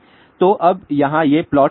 तो अब यहाँ ये प्लॉट्स क्या हैं